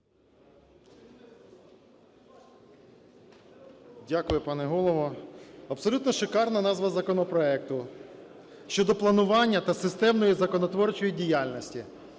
Дякую, пане Голово. Абсолютно шикарна назва законопроекту: щодо планування та системної законотворчої діяльності.